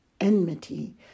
enmity